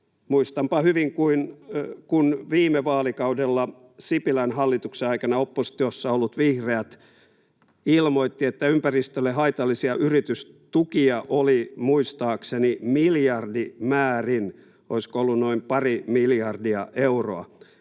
Muistanpa hyvin, kun viime vaalikaudella Sipilän hallituksen aikana oppositiossa olleet vihreät ilmoittivat, että ympäristölle haitallisia yritystukia oli muistaakseni miljardimäärin, olisiko ollut noin pari miljardia euroa.